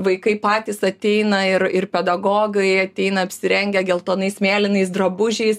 vaikai patys ateina ir ir pedagogai ateina apsirengę geltonais mėlynais drabužiais